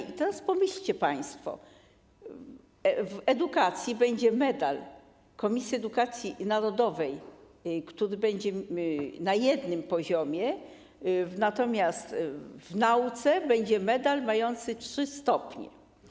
I teraz pomyślcie państwo: w edukacji będzie Medal Komisji Edukacji Narodowej, który będzie na jednym poziomie, natomiast w nauce będzie medal mający trzy stopnie.